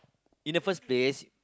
in the first place